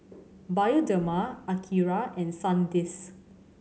Bioderma Akira and Sandisk